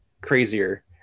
crazier